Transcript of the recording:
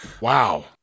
Wow